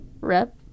rep